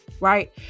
right